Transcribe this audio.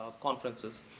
conferences